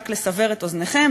רק לסבר את אוזנכם,